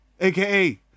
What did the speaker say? AKA